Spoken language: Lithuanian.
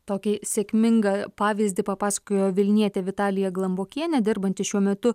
tokį sėkmingą pavyzdį papasakojo vilnietė vitalija glumbokienė dirbanti šiuo metu